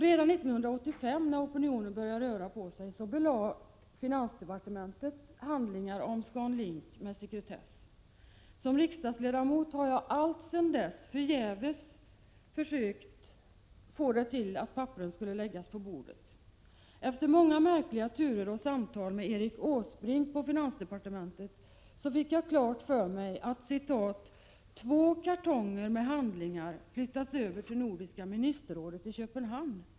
Redan 1985, när opinionen började röra på sig, belades handlingar om ScanLink med sekretess av finansdepartementet. Som riksdagsledamot har jag sedan dess förgäves försökt förmå finansdepartementet att lägga papperen på bordet. Efter många märkliga turer och samtal med Erik Åsbrink på finansdepartementet stod det klart för mig att ”två kartonger med handlingar flyttats över till Nordiska ministerrådet i Köpenhamn”.